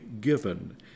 given